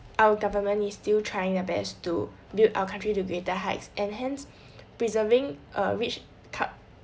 our government is still trying their best to build our country to greater heights and hence preserving a rich cul~